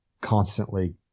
constantly